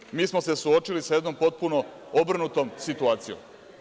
A onda, mi smo se suočili sa jednom potpuno obrnutom situacijom.